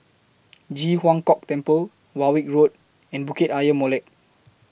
Ji Huang Kok Temple Warwick Road and Bukit Ayer Molek